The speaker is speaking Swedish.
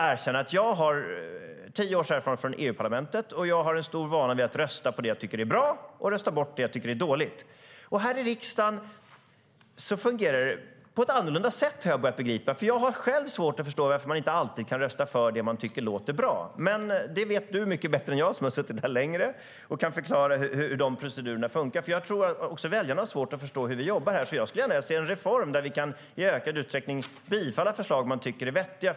Jag har tio års erfarenhet från EU-parlamentet och har stor vana vid att rösta på det jag tycker är bra och rösta bort det jag tycker är dåligt. Men här i riksdagen fungerar det annorlunda, har jag börjat begripa. Jag har själv svårt att förstå varför vi inte alltid kan rösta för det vi tycker låter bra. Det här förstår du nog bättre än jag, Jens Holm, eftersom du har suttit här längre och kan förklara hur procedurerna funkar. Jag tror att också väljarna har svårt att förstå hur vi jobbar, så jag skulle vilja se en reform så att vi i ökad utsträckning kan bifalla förslag som vi tycker är vettiga.